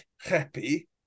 happy